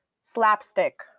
slapstick